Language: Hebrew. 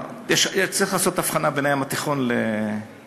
צריך לעשות הבחנה בין הים התיכון לכינרת.